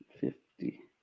Fifty